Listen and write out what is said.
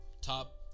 top